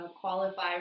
qualify